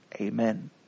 Amen